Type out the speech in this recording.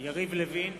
יריב לוין,